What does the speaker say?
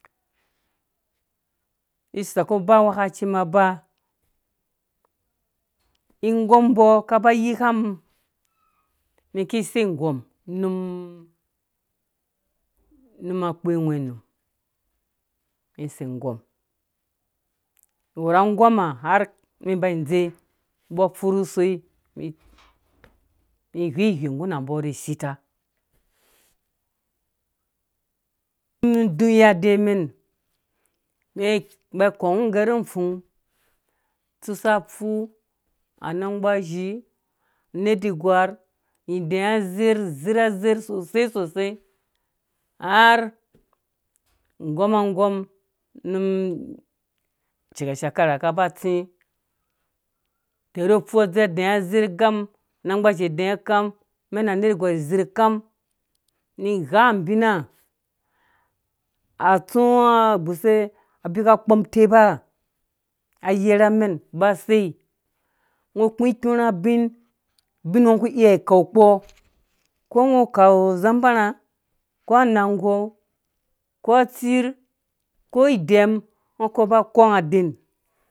Ista ku ba anghwekaci mum aba igom mbɔ ka ba yika mum mi ki sei gɔm num num akpe nghwenum mɛn sei gɔm wu rha agom hã harh mɛn ba dze mbɔ furhu usoi mi ghweghwɛ nguna mbɔ ni sita num duya day mɛn mɛn ba kɔng rhu gɛnu fung tsusa afu anagbazhi nerhgwar idɛɛ zerh zerha zherh sosei sosei har gɔmagɔm num cika shekara ka ba tsi tɛrhu ufu adze adɛɛ azerh kam unagbazhi dɛɛ kam mɛm a nergwar dɛɛ zerh kam ni gha abina atsũ abika kpɔm utepa ayerha mɛn ba sei ngɔ kũ kpũrhã abin ngɔ ku iya kau kpɔ ko ngɔ kau zambarhẽ ko nangɔɔ ko atsirh ko idɛm ngɔ kũ ba kɔng aden.